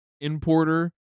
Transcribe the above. importer